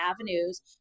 avenues